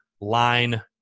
line